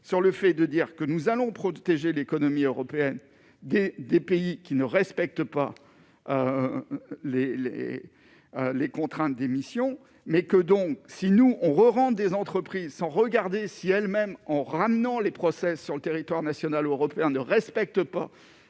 sur le fait de dire que nous allons protéger l'économie européenne des des pays qui ne respectent pas les, les, les contraintes d'émission mais que donc, sinon on rerentre des entreprises sans regarder si elle-même en ramenant les procès sur le territoire national, européen, ne respectent pas,